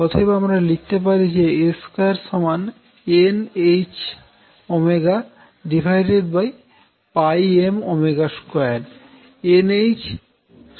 অতএব আমরা লিখতে পারি যে A2 nhm2 nhm